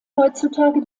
heutzutage